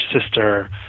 sister